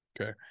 okay